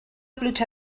pluja